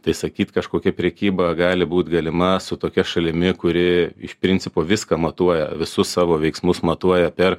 tai sakyt kažkokia prekyba gali būt galima su tokia šalimi kuri iš principo viską matuoja visus savo veiksmus matuoja per